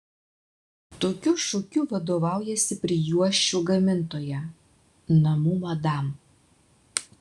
tokiu šūkiu vadovaujasi prijuosčių gamintoja namų madam